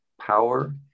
power